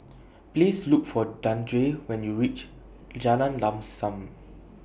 Please Look For Dandre when YOU REACH Jalan Lam SAM